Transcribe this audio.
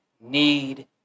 need